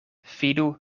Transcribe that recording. fidu